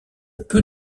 peu